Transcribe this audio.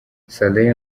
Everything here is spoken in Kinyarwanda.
saleh